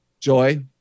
Joy